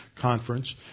Conference